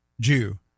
Jew